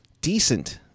decent